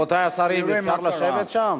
רבותי, השר, אפשר לשבת שם?